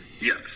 Yes